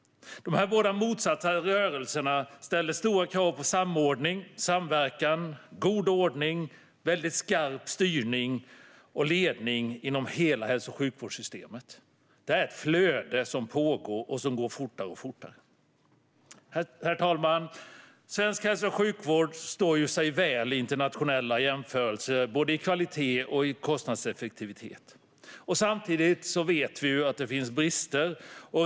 De här båda motsatta rörelserna ställer stora krav på samordning, samverkan, god ordning och väldigt skarp styrning och ledning inom hela hälso och sjukvårdssystemet. Det är ett flöde som pågår och som går fortare och fortare. Herr talman! Svensk hälso och sjukvård står sig väl i internationella jämförelser vad gäller både kvalitet och kostnadseffektivitet. Samtidigt vet vi att det finns brister.